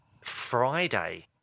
Friday